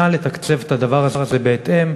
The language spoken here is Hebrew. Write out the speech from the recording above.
נא לתקצב את הדבר הזה בהתאם,